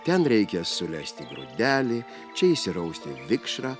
ten reikia sulesti grūdelį čia išsirausti vikšrą